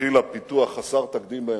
הנחילה פיתוח חסר תקדים באנושות,